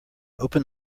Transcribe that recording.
open